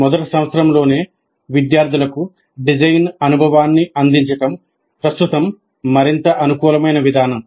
మొదటి సంవత్సరంలోనే విద్యార్థులకు డిజైన్ అనుభవాన్ని అందించడం ప్రస్తుతం మరింత అనుకూలమైన విధానం